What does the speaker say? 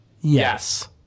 Yes